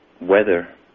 weather